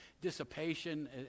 Dissipation